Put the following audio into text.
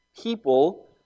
people